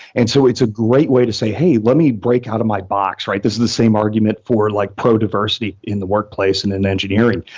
and so it's a great way to say, hey, let me break out of my box. this is the same argument for like pro-diversity in the workplace and in engineering,